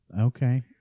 Okay